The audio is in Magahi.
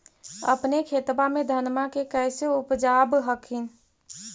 अपने खेतबा मे धन्मा के कैसे उपजाब हखिन?